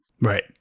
Right